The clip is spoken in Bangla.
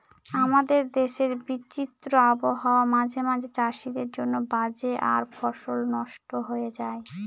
আমাদের দেশের বিচিত্র আবহাওয়া মাঝে মাঝে চাষীদের জন্য বাজে আর ফসলও নস্ট হয়ে যায়